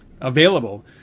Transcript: available